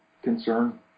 concern